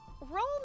Roll